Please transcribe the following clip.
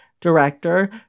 director